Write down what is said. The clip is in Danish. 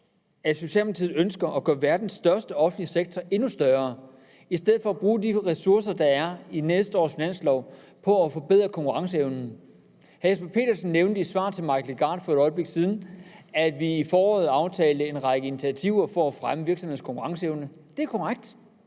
at Socialdemokratiet ønsker at gøre verdens største offentlige sektor endnu større i stedet for at bruge de ressourcer, der er på næste års finanslov, på at forbedre konkurrenceevnen? Hr. Jesper Petersen nævnte i et svar til hr. Mike Legarth for et øjeblik siden, at vi i foråret aftalte en række initiativer for at fremme virksomhedernes konkurrenceevne. Det er korrekt.